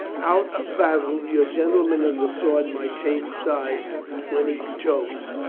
out of battle, your gen tleman of the sword might change sides when he chose,